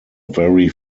very